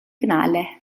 finale